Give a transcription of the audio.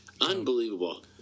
Unbelievable